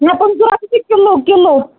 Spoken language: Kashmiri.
نہ پٕنٛژٕ روپیہِ چھِ کِلوٗ کِلوٗ